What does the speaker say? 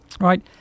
right